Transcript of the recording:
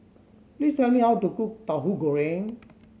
please tell me how to cook Tauhu Goreng